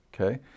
Okay